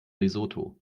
lesotho